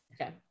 Okay